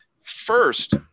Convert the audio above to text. first